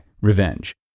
revenge